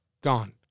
gone